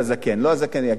לא הזקן יגיע לארוחה.